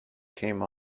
came